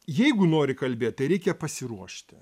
jeigu nori kalbėt tai reikia pasiruošti